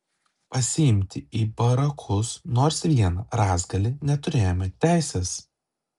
pasiimti į barakus nors vieną rąstgalį neturėjome teisės